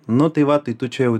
nu tai va tai tu čia jau